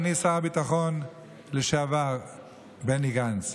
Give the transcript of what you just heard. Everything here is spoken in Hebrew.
אדוני שר הביטחון לשעבר בני גנץ,